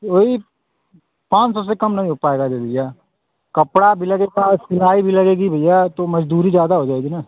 वही पाँच सौ से कम नहीं हो पाएगा जे भैया कपड़ा भी लगेगा और सिलाई भी लगेगी भैया तो मजदूरी ज्यादा हो जाएगी ना